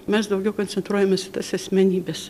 mes daugiau koncentruojamės į tas asmenybes